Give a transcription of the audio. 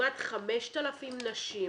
כמעט 5,000 נשים